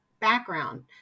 background